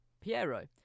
Piero